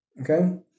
okay